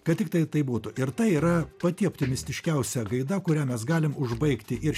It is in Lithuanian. kad tiktai taip būtų ir tai yra pati optimistiškiausia gaida kurią mes galim užbaigti ir